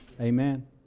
amen